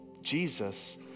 Jesus